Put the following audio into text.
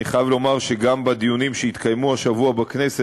אני חייב לומר שגם בדיונים שהתקיימו השבוע בכנסת